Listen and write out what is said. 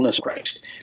Christ